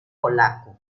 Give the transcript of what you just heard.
polaco